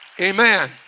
amen